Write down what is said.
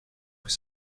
vous